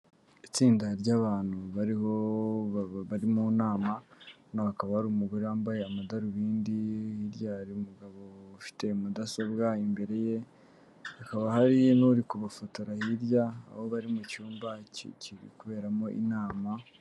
Itsinda ry'bantu bari mu nama, hakaba hari umugore wambaye amadarubindi, hirya hari umugabo ufite mudasobwa imbere ye, hakaba hari n'uri kubafotora hirya aho bari mu cyumba kiri kuberamo inama.